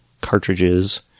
cartridges